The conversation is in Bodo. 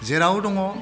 जेराव दङ